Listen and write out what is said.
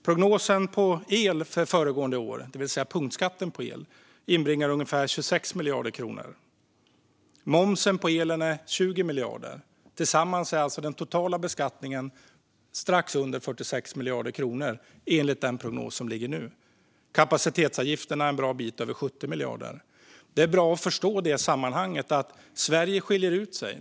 Prognosen är att punktskatten på el från föregående år inbringar ungefär 26 miljarder kronor. Momsen på elen är 20 miljarder. Tillsammans är alltså den totala beskattningen strax under 46 miljarder kronor, enligt nuvarande prognos. Kapacitetsavgifterna är en bra bit över 70 miljarder. Det är bra att förstå i sammanhanget att Sverige skiljer ut sig.